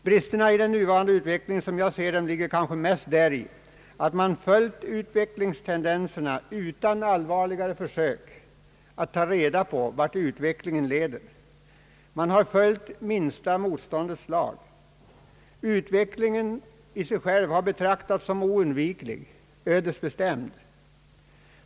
Bristerna i den nuvarande utvecklingen, som jag ser den, ligger kanske mest däri att man har följt utvecklingstendenserna utan allvarligare försök att klarlägga vart utvecklingen leder. Man har följt minsta motståndets lag. Utvecklingen i sig själv har betraktats som oundviklig och ödesbestämd.